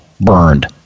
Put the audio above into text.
burned